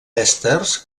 èsters